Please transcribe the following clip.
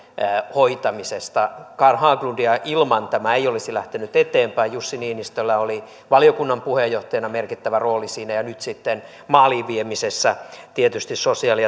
hoitamisesta ilman carl haglundia tämä ei olisi lähtenyt eteenpäin jussi niinistöllä oli valiokunnan puheenjohtajana merkittävä rooli siinä ja nyt sitten maaliin viemisessä tietysti sosiaali